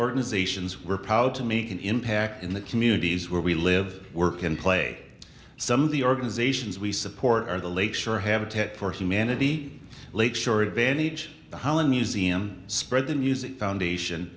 organizations we're proud to make an impact in the communities where we live work and play some of the organizations we support are the lake shore habitat for humanity lake shore advantage holland museum spread the news foundation